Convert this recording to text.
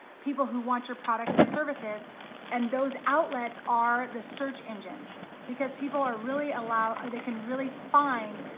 people who want your products and services and those outlets are the search engines because people are really allowed or they can really find